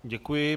Děkuji.